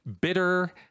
bitter